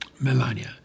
Melania